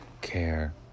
care